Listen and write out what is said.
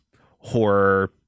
horror